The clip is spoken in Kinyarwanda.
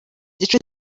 igice